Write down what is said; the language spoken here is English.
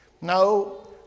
No